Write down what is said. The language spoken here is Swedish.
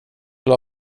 vill